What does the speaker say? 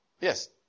Yes